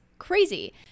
crazy